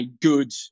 good